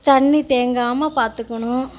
தண்ணி தேங்காமல் பார்த்துக்கணும்